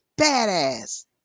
Badass